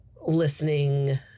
listening